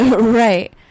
Right